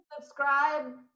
subscribe